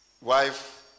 wife